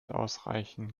ausreichen